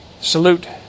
Salute